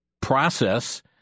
process